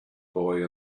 boy